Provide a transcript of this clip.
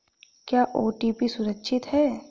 क्या ओ.टी.पी सुरक्षित है?